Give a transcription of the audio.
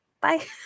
Bye